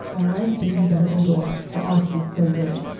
i like davy better than dora, for all she's so good.